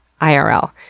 IRL